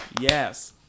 Yes